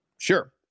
Sure